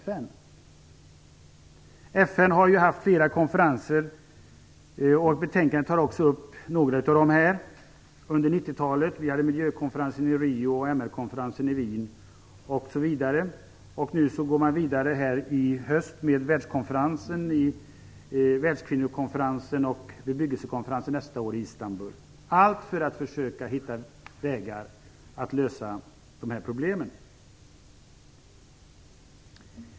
FN har ju anordnat flera konferenser, och i betänkandet tas det upp några av dem. Under 1990-talet hölls Miljökonferensen i Rio och MR-konferensen i Wien. I höst går man vidare med Världskvinnokonferensen och Bebyggelsekonferensen nästa år i Istanbul - allt för att försöka hitta vägar för att lösa dessa problem.